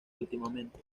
últimamente